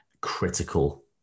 critical